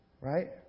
right